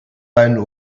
beiden